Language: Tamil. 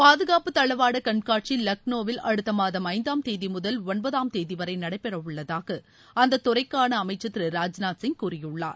பாதுகாப்பு தளவாட கண்காட்சி லக்னோவில் அடுத்த மாதம் ஐந்தாம் தேதி முதல் ஒன்பதாம் தேதி வரை நடைபெறவுள்ளதாக அந்த துறைக்கான அமைச்சர் திரு ராஜ்நாத் சிங் கூறியுள்ளார்